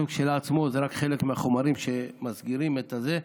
כשלעצמו, זה רק חלק מהחומרים שמסגירים את זה,